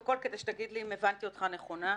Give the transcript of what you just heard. כלומר,